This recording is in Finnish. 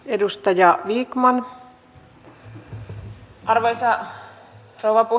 arvoisa rouva puhemies